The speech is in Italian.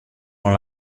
con